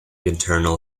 internal